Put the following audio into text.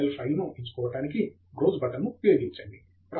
L ఫైల్ను ఎంచుకోవడానికి browse బటన్ను ఉపయోగించండి